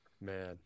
Man